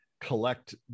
collect